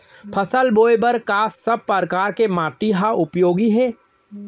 फसल बोए बर का सब परकार के माटी हा उपयोगी हे?